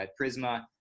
Prisma